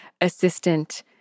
assistant